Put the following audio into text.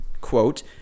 Quote